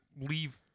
leave